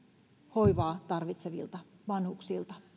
hoivaa tarvitsevilta vanhuksilta